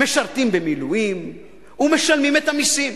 משרתים במילואים ומשלמים את המסים.